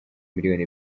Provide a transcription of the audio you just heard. miliyoni